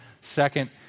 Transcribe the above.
Second